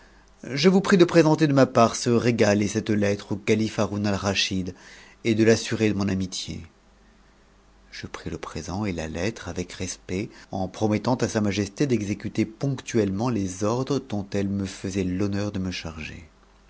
je vous prie de présenter de ma part ce régal et cette lettre au calife m hiu'ouu alraschid et de l'assurer de mon amitié a je pris le présent et ta lettre avec respect en promettant à sa majesté d'exécuter ponctuellement les ordres dont elle me faisait l'honneur de me charger